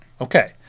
Okay